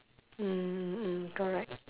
mm mm mm correct